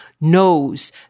knows